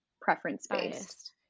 preference-based